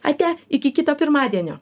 ate iki kito pirmadienio